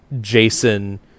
Jason